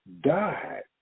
died